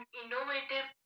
innovative